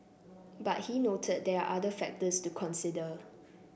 but he noted there are other factors to consider